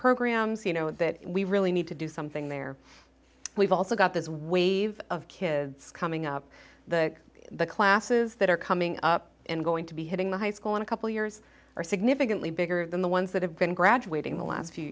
programs you know that we really need to do something there we've also got this wave of kids coming up the classes that are coming up and going to be hitting the high school in a couple years or significantly bigger than the ones that have been graduating the last few